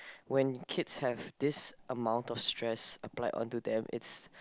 when kids have this amount of stress applied onto them it's